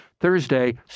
Thursday